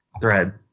thread